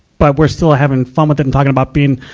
but we're still having fun with it and talking about being,